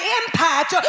impact